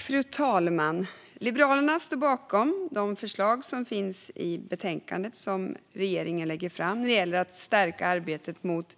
Fru talman! Liberalerna står bakom de förslag som finns i det betänkande som regeringen lägger fram när det gäller att stärka arbetet mot